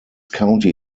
county